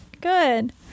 good